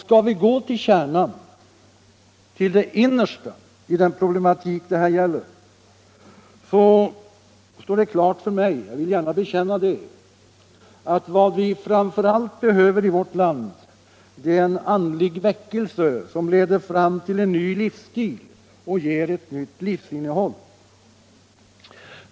Skall vi nå fram till kärnan, till det innersta, i den problematik det här gäller, står det klart för mig — jag vill gärna bekänna det — att vad vi framför allt behöver i vårt land är en andlig väckelse, som leder fram till en ny livsstil och ger ett nytt livsinnehåll.